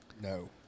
no